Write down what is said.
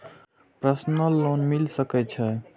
Personal loan मिल सके छे?